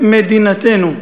ובמדינתנו.